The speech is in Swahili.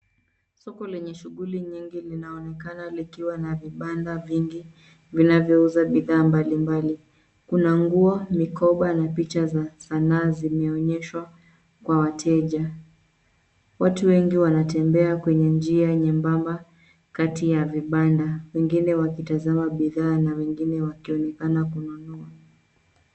Soko lenye shughuli nyingi linaonekana likiwa na vibanda vingi vinavyouza bidhaa mbalimbali. Kuna nguo, mikoba na picha za sanaa zimeonyeshwa kwa wateja. Watu wengi wanatembea kwenye njia nyembamba kati ya vibanda. Wengine wakitazama bidhaa na wengine wakionekana kununua.